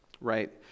right